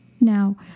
Now